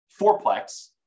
fourplex